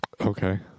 Okay